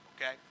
Okay